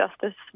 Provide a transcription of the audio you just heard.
justice